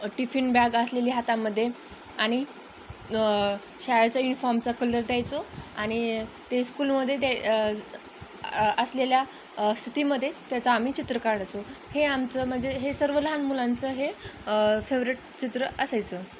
tiffin bag असलेली हातामध्ये आणि शाळेचा युनिफॉर्मचा कलर द्यायचो आणि ते स्कूलमध्ये असलेल्या स्थितीमध्ये त्याचं आम्ही चित्र काढायचो हे आमचं म्हणजे हे सर्व लहान मुलांचं हे फेवरेट चित्र असायचं